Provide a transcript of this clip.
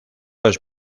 los